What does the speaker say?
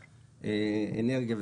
אנרגיה,